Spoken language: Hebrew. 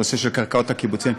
הנושא של קרקעות הקיבוצים,